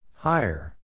Higher